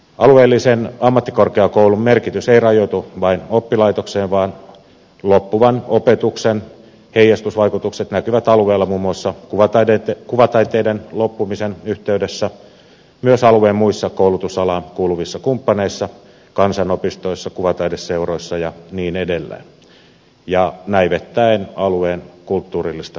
alueellisen ammattikorkeakoulun merkitys ei rajoitu vain oppilaitokseen vaan loppuvan opetuksen heijastusvaikutukset näkyvät alueella muun muassa kuvataiteiden opetuksen loppumisen yhteydessä myös alueen muissa koulutusalaan kuuluvissa kumppaneissa kansanopistoissa kuvataideseuroissa ja niin edelleen ja näivettävät alueen kulttuurillista pohjaa